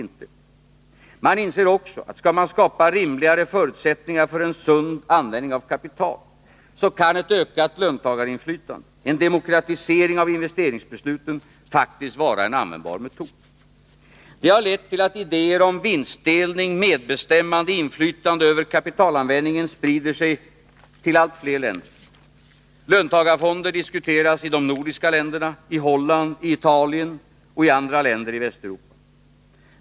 Men man inser också att skall man skapa rimligare förutsättningar för en sund användning av kapital, så kan ett ökat löntagarinflytande, en demokratisering av investeringsbesluten, faktiskt vara en användbar metod. Det har lett till att idéer om vinstdelning och medbestämmande, om inflytande över kapitalanvändningen, sprider sig till allt fler länder. Löntagarfonder diskuteras i de nordiska länderna, i Holland, i Italien och i andra länder i Västeuropa.